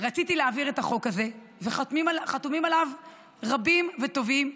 רציתי להעביר את החוק הזה וחתומים עליו רבים וטובים,